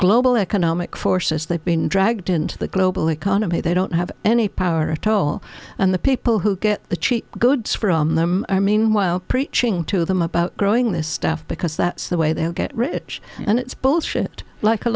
global economic forces they've been dragged into the global economy they don't have any power atoll and the people who get the cheap goods from them i mean while preaching to them about growing this stuff because that's the way they'll get rich and it's bullshit like a